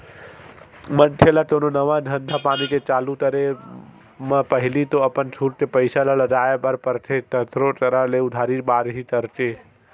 मनखे ल कोनो नवा धंधापानी के चालू करे म पहिली तो अपन खुद के पइसा ल लगाय बर परथे कखरो करा ले उधारी बाड़ही करके